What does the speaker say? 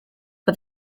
but